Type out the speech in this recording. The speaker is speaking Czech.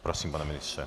Prosím, pane ministře.